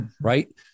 right